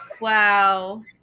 Wow